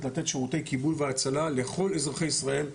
לתת שירותי כיבוי והצלחה לכל אזרחי ישראל,